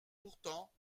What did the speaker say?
pourtant